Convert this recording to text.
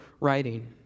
writing